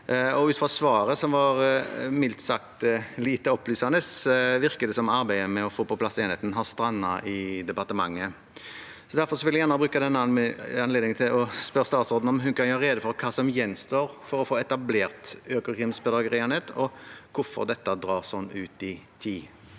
ut fra svaret, som var mildt sagt lite opplysende, virker det som arbeidet med å få på plass enheten har strandet i departementet. Derfor vil jeg gjerne bruke denne anledningen til å spørre statsråden om hun kan gjøre rede for hva som gjenstår for å få etablert Økokrims bedragerienhet, og hvorfor dette drar sånn ut i tid.